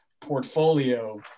portfolio